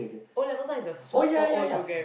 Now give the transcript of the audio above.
O-levels one is the super old programme